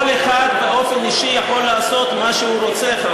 כל אחד באופן אישי יכול לעשות מה שהוא רוצה,